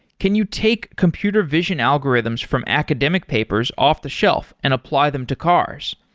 can you take computer vision algorithms from academic papers off-the-shelf and apply them to cars?